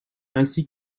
ainsi